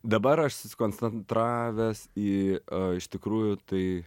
dabar aš susikoncentravęs į o iš tikrųjų tai